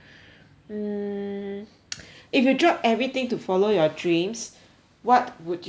mm if you drop everything to follow your dreams what would you risk